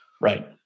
Right